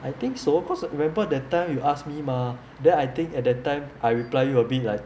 I think so because remember that time you asked me mah then I think at that time I reply you a bit be like